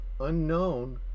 unknown